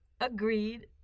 agreed